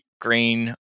green